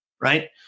right